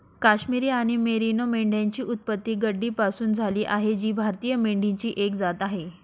काश्मिरी आणि मेरिनो मेंढ्यांची उत्पत्ती गड्डीपासून झाली आहे जी भारतीय मेंढीची एक जात आहे